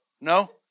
No